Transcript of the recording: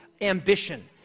ambition